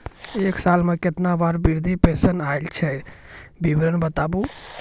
एक साल मे केतना बार वृद्धा पेंशन आयल छै विवरन बताबू?